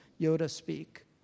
Yoda-speak